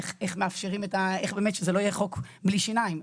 איך באמת שזה לא יהיה חוק בלי שיניים,